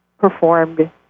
performed